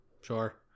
Sure